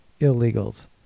illegals